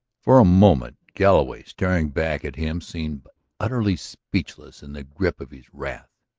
for a moment galloway, staring back at him, seemed utterly speechless in the grip of his wrath.